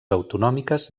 autonòmiques